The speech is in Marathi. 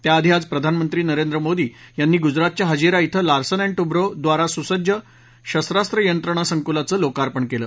त्याआधी आज प्रधानमंत्री नरेंद्र मोदी यांनी गुजरातच्या हजीरा इथं लार्सन अण्ड टुब्रो द्वारा सुसज्ज शस्त्रास्त्र यंत्रणा संकुलाचं लोकार्पण केलं